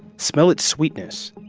smell its sweetness.